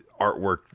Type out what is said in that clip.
artwork